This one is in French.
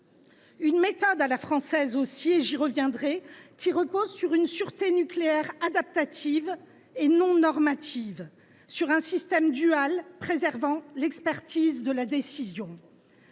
une méthode à la française – je reviendrai sur ce point –, qui repose sur une sûreté nucléaire adaptative et non normative, sur un système dual préservant l’expertise de la décision.